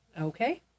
Okay